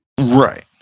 Right